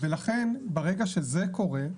ולכן ברגע שזה קורה,